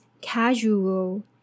casual